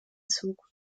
zug